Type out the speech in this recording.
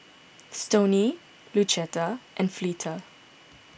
Stoney Lucetta and Fleeta